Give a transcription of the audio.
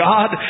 God